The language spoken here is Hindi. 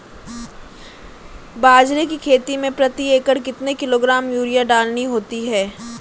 बाजरे की खेती में प्रति एकड़ कितने किलोग्राम यूरिया डालनी होती है?